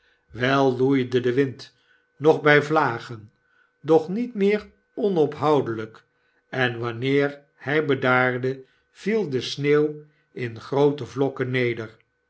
wel loeide de wind nog by vlagen doch niet meer onophoudelyk en wanneer hy bedaarde viel de sneeuw in groote vlokken neder